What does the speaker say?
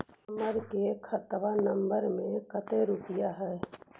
हमार के खाता नंबर में कते रूपैया है?